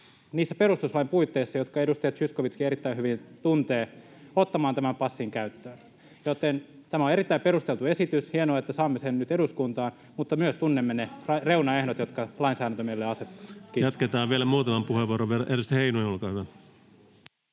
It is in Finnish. niissä perustuslain puitteissa, jotka edustaja Zyskowiczkin erittäin hyvin tuntee, ottamaan tämän passin käyttöön. Tämä on erittäin perusteltu esitys. Hienoa, että saamme sen nyt eduskuntaan, mutta myös tunnemme ne reunaehdot, [Sari Sarkomaan välihuuto] jotka lainsäädäntö meille asettaa. — Kiitos. Jatketaan vielä muutaman puheenvuoron verran. — Edustaja Heinonen, olkaa hyvä.